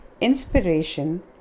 inspiration